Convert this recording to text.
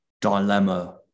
dilemma